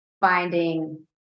finding